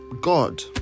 God